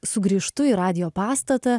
sugrįžtu į radijo pastatą